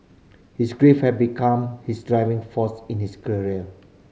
his grief had become his driving force in his career